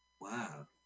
Wow